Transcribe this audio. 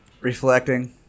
Reflecting